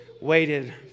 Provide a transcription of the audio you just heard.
waited